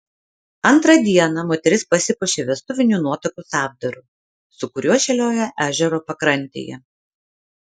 antrą dieną moteris pasipuošė vestuviniu nuotakos apdaru su kuriuo šėliojo ežero pakrantėje